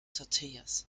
tortillas